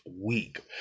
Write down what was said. week